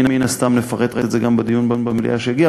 מן הסתם נפרט את זה גם בדיון במליאה שיגיע,